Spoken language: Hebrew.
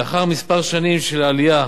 לאחר שנים מספר של עלייה